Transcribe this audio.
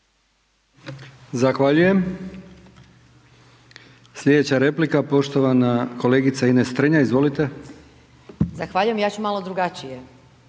Zahvaljujem. Slijedeća replika poštovana kolegica Ines Strenja, izvolite. **Strenja, Ines (MOST)** Zahvaljujem. Ja ću malo drugačije